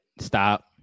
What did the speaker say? stop